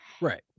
Right